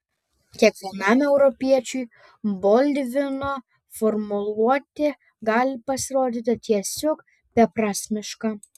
kiekvienam europiečiui boldvino formuluotė gali pasirodyti tiesiog beprasmiška